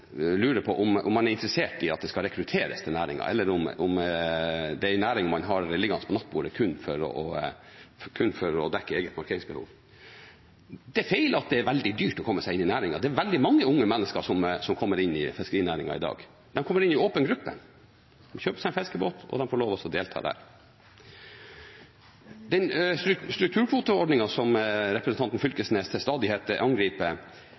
på om han er interessert i at det skal rekrutteres til næringen, eller om det er en næring han har liggende på nattbordet kun for å dekke eget markeringsbehov. Det er feil at det er veldig dyrt å komme seg inn i næringen. Det er veldig mange unge mennesker som kommer inn i fiskerinæringen i dag. De kommer inn i åpen gruppe, de kjøper seg en fiskebåt, og de får lov til å delta der. Den strukturkvoteordningen som representanten Knag Fylkesnes til stadighet angriper,